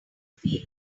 feel